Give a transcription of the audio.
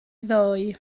ddoe